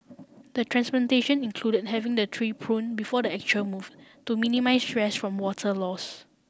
the transplantation included having the tree prune before the actual move to minimise stress from water loss